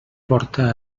porta